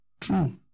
True